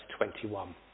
21